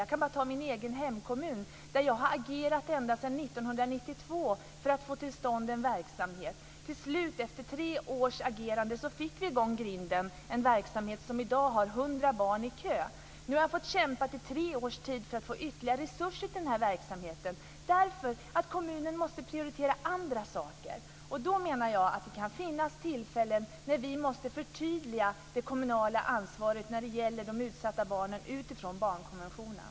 Jag kan ta min egen hemkommun där jag har agerat ända sedan 1992 för att få till stånd en verksamhet. Till slut, efter tre års agerande, fick vi i gång Grinden, en verksamhet som i dag har 100 barn i kö. Nu har jag fått kämpa i tre års tid för att få ytterligare resurser till den verksamheten därför att kommunen måste prioritera andra saker. Då menar jag att det kan finnas tillfällen när vi måste förtydliga det kommunala ansvaret när det gäller de utsatta barnen utifrån barnkonventionen.